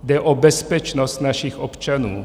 Jde o bezpečnost našich občanů.